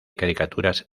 caricaturas